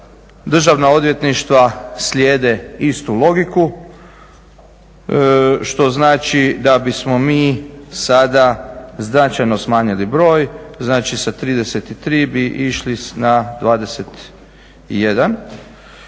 Državna odvjetništva slijede istu logiku što znači da bismo mi sada značajno smanjili broj, znači sa 33 bi išli na 21.